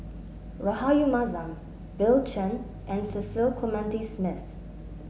Rahayu Mahzam Bill Chen and Cecil Clementi Smith